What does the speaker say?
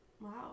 Wow